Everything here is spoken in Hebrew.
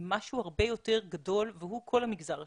משהו הרבה יותר גדול והוא כל המגזר השלישי.